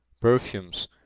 perfumes